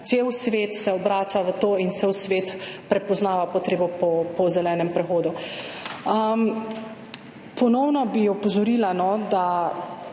cel svet obrača v to in cel svet prepoznava potrebo po zelenem prehodu. Ponovno bi opozorila, da